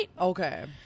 Okay